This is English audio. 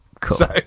cool